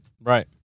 Right